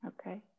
Okay